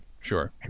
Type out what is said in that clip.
Sure